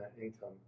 income